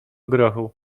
grochu